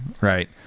Right